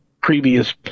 previous